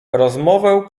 rozmowę